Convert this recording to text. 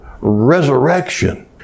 resurrection